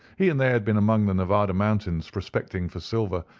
he and they had been among the nevada mountains prospecting for silver,